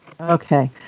Okay